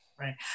Right